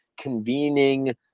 convening